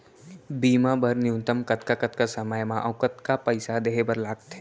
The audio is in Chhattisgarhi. बीमा बर न्यूनतम कतका कतका समय मा अऊ कतका पइसा देहे बर लगथे